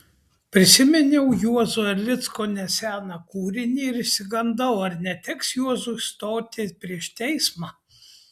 prisiminiau juozo erlicko neseną kūrinį ir išsigandau ar neteks juozui stoti prieš teismą